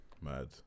Mad